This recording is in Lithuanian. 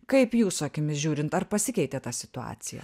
kaip jūsų akimis žiūrint ar pasikeitė tą situaciją